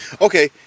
Okay